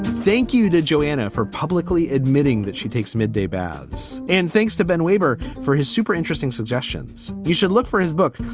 thank you to joanna for publicly admitting that she takes midday baths and thanks to ben waber for his super interesting suggestions. you should look for his book,